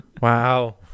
Wow